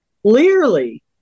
Clearly